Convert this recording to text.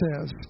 says